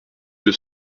deux